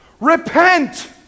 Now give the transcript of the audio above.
Repent